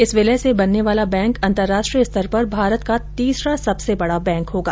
इस विलय से बनने वाला बैंक अंतर्राष्ट्रीय स्तर पर भारत का तीसरा सबसे बड़ा बैंक होगा